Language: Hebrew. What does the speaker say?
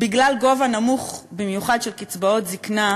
בגלל הסכום הנמוך של קצבאות הזיקנה,